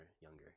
younger